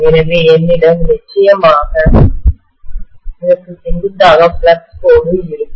எனவே என்னிடம் நிச்சயமாக இதற்கு செங்குத்தாக ஃப்ளக்ஸ் கோடு இருக்கும்